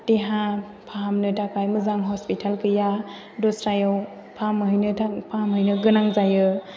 देहा फाहामनो थाखाय मोजां हस्पिटाल गैया दस्रायाव फाहामहैनो गोनां जायो